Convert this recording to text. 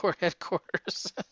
headquarters